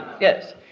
yes